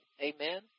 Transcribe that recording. Amen